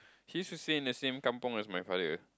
he used to stay in the same kampung as my father